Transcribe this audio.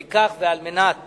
לפיכך, ועל מנת